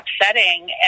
upsetting